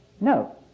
No